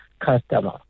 customer